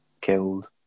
killed